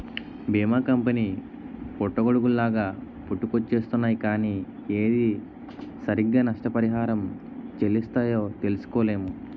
బీమా కంపెనీ పుట్టగొడుగుల్లాగా పుట్టుకొచ్చేస్తున్నాయ్ కానీ ఏది సరిగ్గా నష్టపరిహారం చెల్లిస్తాయో తెలుసుకోలేము